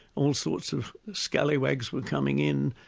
all sorts of scallywags were coming in,